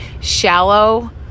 shallow